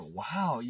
wow